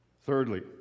Thirdly